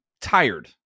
tired